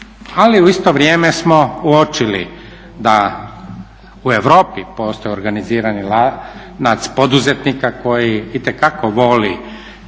Ali u isto vrijeme smo uočili da u Europi postoji organizirani lanac poduzetnika koji itekako voli